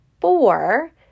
four